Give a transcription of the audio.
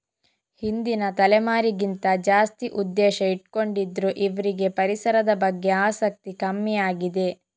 ಹಿಂದಿನ ತಲೆಮಾರಿಗಿಂತ ಜಾಸ್ತಿ ಉದ್ದೇಶ ಇಟ್ಕೊಂಡಿದ್ರು ಇವ್ರಿಗೆ ಪರಿಸರದ ಬಗ್ಗೆ ಆಸಕ್ತಿ ಕಮ್ಮಿ ಆಗಿದೆ